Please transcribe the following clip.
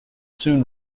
soon